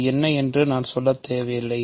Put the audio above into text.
அது என்ன என்று நான் சொல்லத் தேவையில்லை